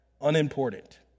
unimportant